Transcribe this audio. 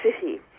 city